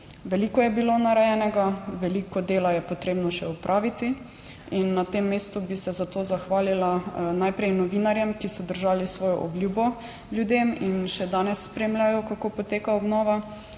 Veliko je bilo narejenega, veliko dela je potrebno še opraviti in na tem mestu bi se zato zahvalila najprej novinarjem, ki so držali svojo obljubo ljudem in še danes spremljajo, kako poteka obnova.